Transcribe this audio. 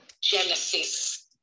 genesis